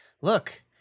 look